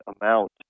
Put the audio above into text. amount